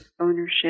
ownership